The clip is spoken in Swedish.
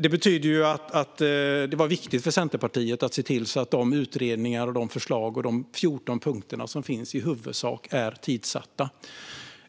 Det betyder att det var viktigt för Centerpartiet att se till att de utredningar, de förslag och de 14 punkter som finns i huvudsak är tidsatta.